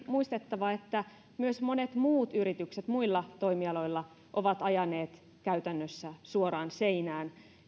muistettava että myös monet muut yritykset muilla toimialoilla ovat ajaneet käytännössä suoraan seinään